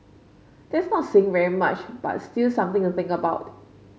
that's not saying very much but still something to think about